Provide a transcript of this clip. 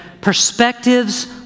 Perspectives